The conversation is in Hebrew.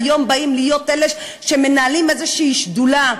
והיום באים אלה שמנהלים איזו שדולה,